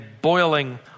boiling